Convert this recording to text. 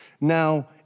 Now